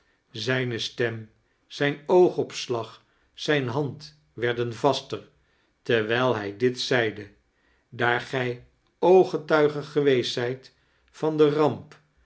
zijn stem zijn oogopslag zijne hand weirden vaster terwijl hij dit zeide daar gij ooggetuige geweest zijt van de ramp